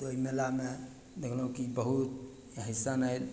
ओइ मेलामे देखलहुँ की बहुत हैसन आयल